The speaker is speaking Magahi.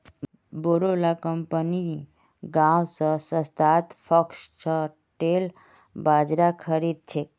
बोरो ला कंपनि गांव स सस्तात फॉक्सटेल बाजरा खरीद छेक